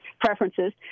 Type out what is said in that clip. Preferences